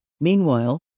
Meanwhile